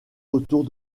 autour